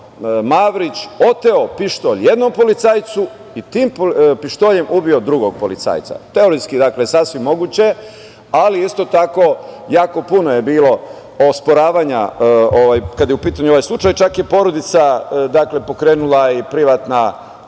Mavrić oteo pištolj jednom policajcu i tim pištoljem ubio drugog policajca. Teoretski sasvim moguće, ali isto tako jako puno je bilo osporavanja kada je u pitanju ovaj slučaj, čak je i porodica pokrenula i privatna